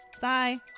Bye